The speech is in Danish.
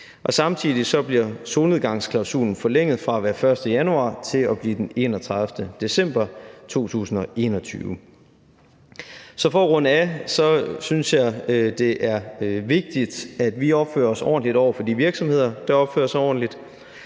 Samtidig bliver solnedgangsklausulen forlænget fra den 1. januar 2021 til den 31. december 2021. Så for at runde synes jeg, at det er vigtigt, at vi opfører os ordentligt over for de virksomheder, der opfører sig ordentligt.